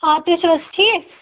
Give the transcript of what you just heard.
آ تُہۍ چھو حظ ٹھیٖک